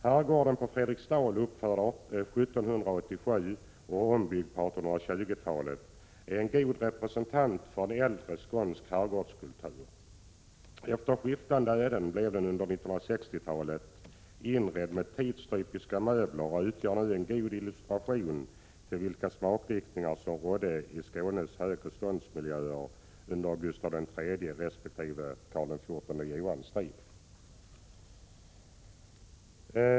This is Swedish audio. Herrgården på Fredriksdal, uppförd 1787 och ombyggd på 1820-talet, är en god representant för äldre skånsk herrgårdskultur. Efter skiftande öden blev den under 1960-talet inredd med tidstypiska möbler och utgör nu en god illustration till vilka smakriktningar som rådde i Skånes högreståndsmiljöer under Gustaf III:s resp. Karl XIV Johans tid.